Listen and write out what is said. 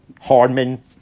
Hardman